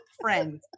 friends